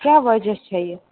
کیٛاہ وجہ چھےٚ یہِ